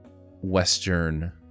Western